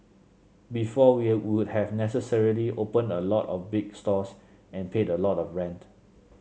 before we would have necessarily opened a lot of big stores and paid a lot of rent